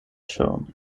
shown